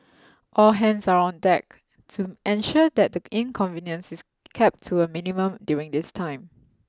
all hands are on deck to ensure that the inconvenience is kept to a minimum during this time